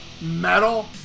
metal